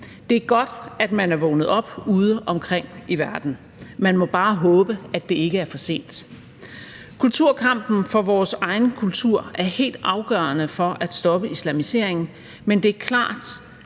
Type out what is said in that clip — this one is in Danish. Det er godt, at man er vågnet op udeomkring i verden. Man må bare håbe, at det ikke er for sent. Kulturkampen for vores egen kultur er helt afgørende for at stoppe islamiseringen, men det er klart,